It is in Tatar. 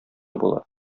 була